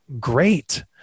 great